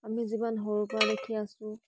আমি যিমান সৰুৰ পৰা দেখি আছোঁ